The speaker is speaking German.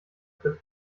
tritt